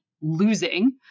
losing